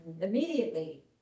immediately